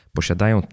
Posiadają